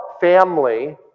family